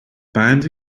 band